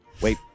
Wait